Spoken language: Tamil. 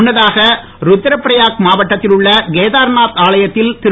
முன்னதாக ருத்ரபிரயாக் மாவட்டத்தில் உள்ள கேதாரநாத் ஆலயத்தில் திரு